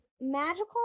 magical